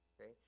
okay